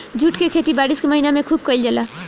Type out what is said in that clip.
jute के खेती बारिश के महीना में खुब कईल जाला